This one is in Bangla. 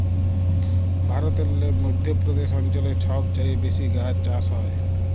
ভারতেল্লে মধ্য প্রদেশ অঞ্চলে ছব চাঁঁয়ে বেশি গাহাচ চাষ হ্যয়